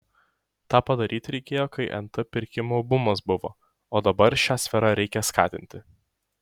tą padaryti reikėjo kai nt pirkimo bumas buvo o dabar šią sferą reikia skatinti